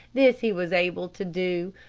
this he was able to do,